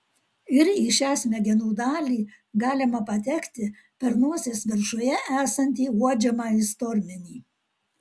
ir į šią smegenų dalį galima patekti per nosies viršuje esantį uodžiamąjį stormenį